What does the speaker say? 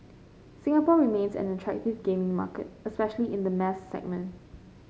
Singapore remains an attractive gaming market especially in the mass segment